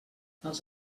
els